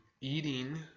eating